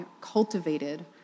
cultivated